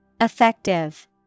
Effective